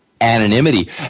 anonymity